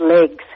legs